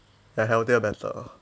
ya healthier better